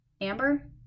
Amber